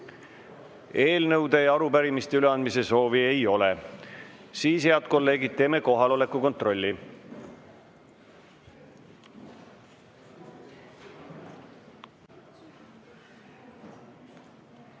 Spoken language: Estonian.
Eelnõude ja arupärimiste üleandmise soovi ei ole. Siis, head kolleegid, teeme kohaloleku kontrolli.